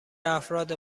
افراد